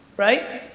right?